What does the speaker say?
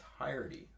entirety